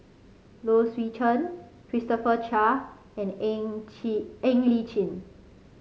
Low Swee Chen Christopher Chia and Ng Chin Ng Li Chin